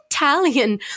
Italian